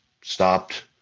stopped